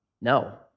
No